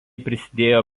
prisidėjo